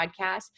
podcast